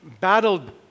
battled